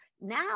Now